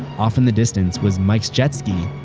off in the distance was mike's jetski!